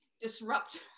disrupt